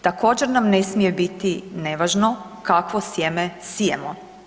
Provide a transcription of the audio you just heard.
Također nam ne smije biti nevažno kakvo sjeme sijemo.